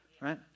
right